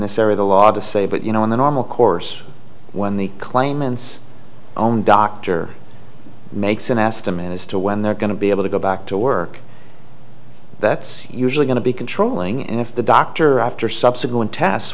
area the law to say but you know in the normal course when the claimants own doctor makes an estimate as to when they're going to be able to go back to work that's usually going to be controlling and if the doctor after subsequent t